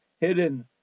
hidden